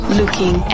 looking